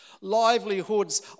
Livelihoods